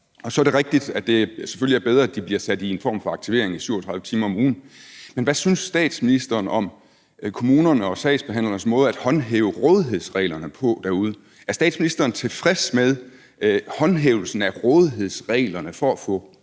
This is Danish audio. selvfølgelig rigtigt, at det er bedre, at de bliver sat i en form for aktivering i 37 timer om ugen. Men hvad synes statsministeren om kommunerne og sagsbehandlernes måde at håndhæve rådighedsreglerne på derude? Er statsministeren tilfreds med håndhævelsen af rådighedsreglerne for at få